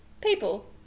people